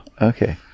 okay